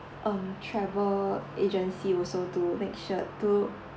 um travel agency also to make sure to